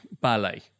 ballet